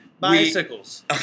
Bicycles